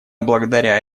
благодаря